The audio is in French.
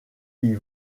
ils